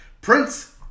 Prince